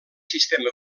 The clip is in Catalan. sistema